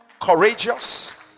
courageous